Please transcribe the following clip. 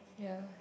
ya